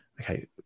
okay